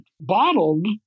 bottled